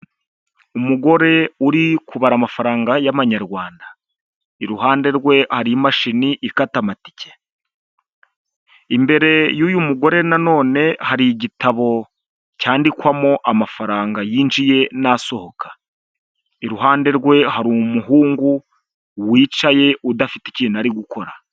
Umugore uri kubara amafaranga y'amanyarwanda, iruhande rwe hari imashini ikata amatike, imbere y'uyu mugore nanone hari igitabo cyandikwamo amafaranga yinjiye n'asohoka, iruhande rwe hari umuhungu wicaye udafite ikintu ari gukora.